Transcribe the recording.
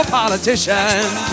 politicians